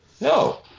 No